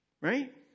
Right